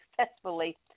successfully